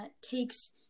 takes